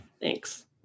Thanks